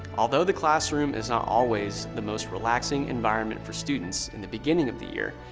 although the classroom is not always the most relaxing environment for students in the beginning of the year,